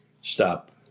stop